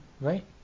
right